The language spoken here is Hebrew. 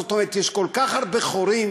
זאת אומרת, יש כל כך הרבה חורים,